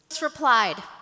replied